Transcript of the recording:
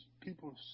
people